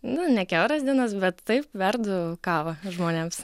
nu ne kiauras dienas bet taip verdu kavą žmonėms